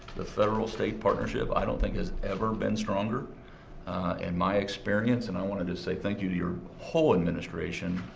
the federal-state partnership i don't think has ever been stronger in and my experience. and i wanted to say thank you to your whole administration.